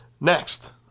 Next